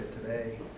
today